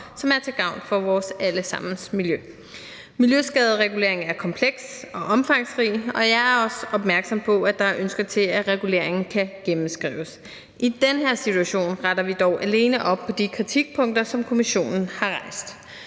Det er til gavn for vores alle sammens miljø. Miljøskadereguleringen er kompleks og omfangsrig, og jeg er også opmærksom på, at der er ønsker om, at reguleringen kan gennemskrives. I den her situation retter vi dog alene op på de kritikpunkter, som Kommissionen har rejst.